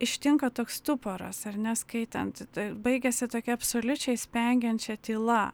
ištinka toks stuporas ar ne skaitant t baigiasi tokia absoliučiai spengiančia tyla